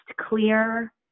clear